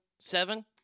Seven